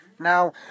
Now